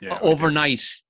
overnight